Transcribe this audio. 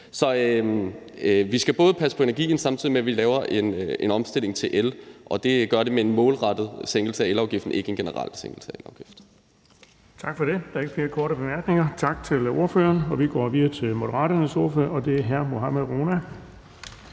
Så vi skal både passe på i forhold til energien, samtidig med at vi laver en omstilling til el og gør det med en målrettet sænkelse af elafgiften, ikke med en generel sænkelse af elafgiften.